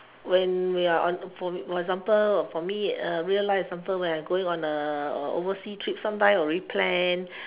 when we are on for example for me err real life example when I going on a overseas trip sometimes already planned